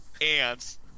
ants